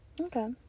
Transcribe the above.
Okay